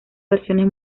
versiones